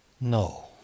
No